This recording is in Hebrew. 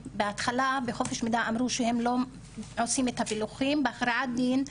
בהתחלה בחופש המידע אמרו שהם לא עושים את הפילוחים בהכרעת דין,